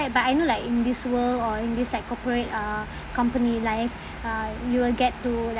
but I know like in this world or in this like corporate uh company life uh you will get to like